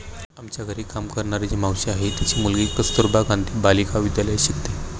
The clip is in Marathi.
आमच्या घरी काम करणारी जी मावशी आहे, तिची मुलगी कस्तुरबा गांधी बालिका विद्यालयात शिकते